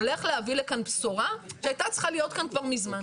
הולך להביא לכאן בשורה שהייתה צריכה להיות כאן כבר מזמן.